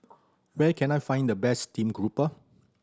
where can I find the best steamed grouper